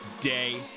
day